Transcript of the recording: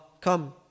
come